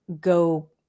go